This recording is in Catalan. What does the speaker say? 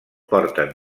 porten